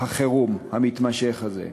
החירום המתמשך הזה.